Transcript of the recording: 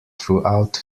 throughout